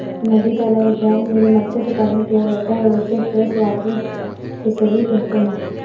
नदी तालाब इत्यादि में जो मत्स्य पालन किया जाता है उसे फ्रेश वाटर फिशरी कहते हैं